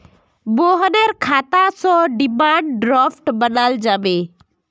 मोहनेर खाता स डिमांड ड्राफ्ट बनाल जाबे